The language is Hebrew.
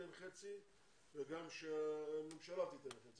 תתן חצי וגם שהממשלה תיתן חצי,